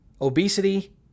Obesity